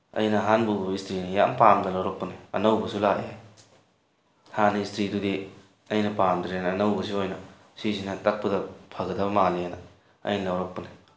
ꯑꯩꯅ ꯑꯍꯥꯟꯕ ꯎꯕ ꯏꯁꯇ꯭ꯔꯤꯅꯤ ꯌꯥꯝ ꯄꯥꯝꯅ ꯂꯧꯔꯛꯄꯅꯤ ꯑꯅꯧꯕꯁꯨ ꯂꯥꯛꯑꯦ ꯍꯥꯟꯅꯒꯤ ꯏꯁꯇ꯭ꯔꯤꯗꯨꯗꯤ ꯑꯩꯅ ꯄꯥꯝꯗ꯭ꯔꯦꯅ ꯑꯅꯧꯕꯁꯤ ꯑꯣꯏꯅ ꯁꯤꯁꯤꯅ ꯇꯛꯄꯗ ꯐꯒꯗꯕ ꯃꯥꯜꯂꯦꯅ ꯑꯩꯅ ꯂꯧꯔꯛꯄꯅꯤ